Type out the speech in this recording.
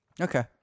Okay